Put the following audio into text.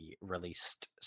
released